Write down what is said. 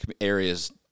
areas